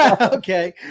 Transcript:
Okay